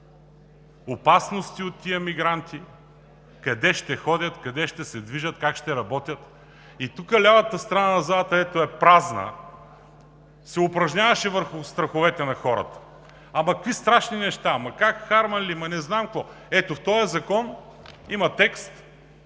опасности от тези мигранти – къде ще ходят, къде ще се движат, как ще работят? Тук лявата страна на залата, дето е празна, се упражняваше върху страховете на хората – ама какви страшни неща, ама как Харманли, ама не знам какво. Ето, в този закон (показва